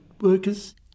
workers